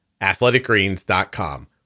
Athleticgreens.com